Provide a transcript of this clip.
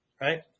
right